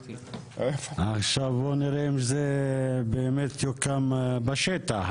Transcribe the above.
עכשיו בוא נראה אם זה באמת יוקם בשטח.